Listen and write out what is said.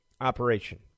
operation